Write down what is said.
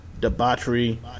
debauchery